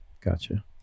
Gotcha